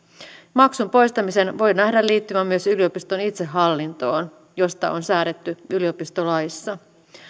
maksun poistamisen voi nähdä liittyvän myös yliopiston itsehallintoon josta on säädetty yliopistolaissa